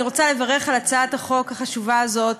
אני רוצה לברך על הצעת החוק החשובה הזאת.